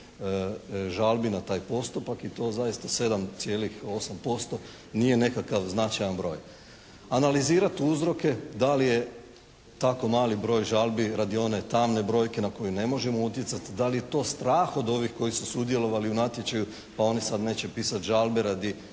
žalbi na taj postupak i to zaista 7,8% nije nekakav značajan broj. Analizirati uzroke da li je tako mali broj žalbi radi one tamne brojke na koju ne možemo utjecati? Da li je to strah od ovih koji su sudjelovali u natječaju pa oni sad neće pisati žalbe radi